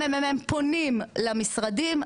המ.מ.מ פונים למשרדים,